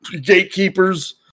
gatekeepers